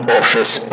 office